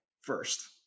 first